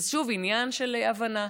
וזה שוב עניין של הבנה,